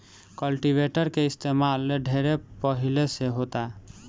cultivator के इस्तमाल ढेरे पहिले से होता